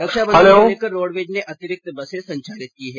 रक्षा बंधन को लेकर रोडवेज ने अतिरिक्त बसे संचालित की हैं